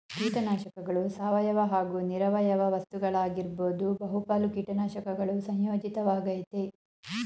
ಕೀಟನಾಶಕಗಳು ಸಾವಯವ ಹಾಗೂ ನಿರವಯವ ವಸ್ತುಗಳಾಗಿರ್ಬೋದು ಬಹುಪಾಲು ಕೀಟನಾಶಕಗಳು ಸಂಯೋಜಿತ ವಾಗಯ್ತೆ